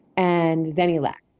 and then he left.